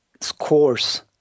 scores